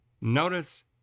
Notice